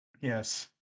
Yes